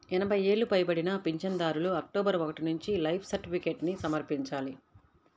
ఎనభై ఏళ్లు పైబడిన పింఛనుదారులు అక్టోబరు ఒకటి నుంచి లైఫ్ సర్టిఫికేట్ను సమర్పించాలి